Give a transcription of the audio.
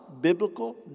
biblical